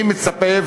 אני מצפה,